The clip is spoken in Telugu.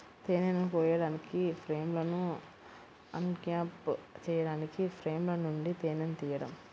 తేనెను కోయడానికి, ఫ్రేమ్లను అన్క్యాప్ చేయడానికి ఫ్రేమ్ల నుండి తేనెను తీయడం